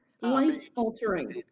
life-altering